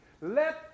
Let